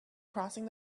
crossing